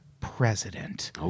president